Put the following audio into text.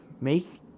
make